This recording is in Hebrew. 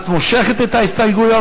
את מושכת את ההסתייגויות?